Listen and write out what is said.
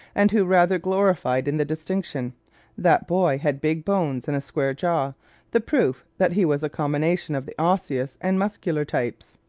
and who rather gloried in the distinction that boy had big bones and a square jaw the proof that he was a combination of the osseous and muscular types.